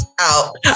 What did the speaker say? out